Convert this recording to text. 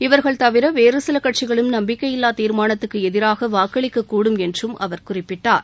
இவர்கள் தவிர வேறு சில கட்சிகளும் நம்பிக்கையில்லா தீர்மானத்துக்கு எதிராக வாக்களிக்கக் கூடும் என்றும் அவர் குறிப்பிட்டார்